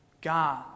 God